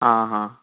आं हां